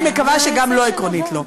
אני מקווה שגם לא עקרונית לא.